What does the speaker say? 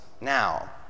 Now